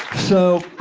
so.